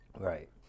Right